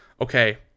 okay